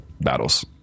battles